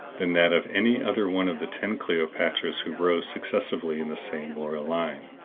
than that of any other one of the ten cleopatras who rose successively in the same royal line.